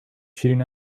cheating